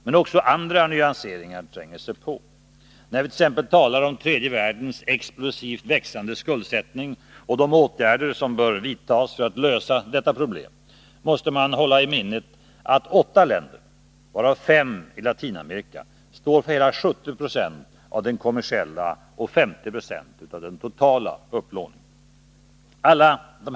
Det existerar inga klara gränser heller mellan industrialiserade och icke-industrialiserade länder, inte heller mellan det vi kallar utvecklade länder och utvecklingsländer. En sådan tvåsidig världsbild riskerar snarast att blockera en realistisk analys av utvecklingsproblemens verkliga karaktär.